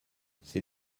ces